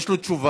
יש לו תשובה.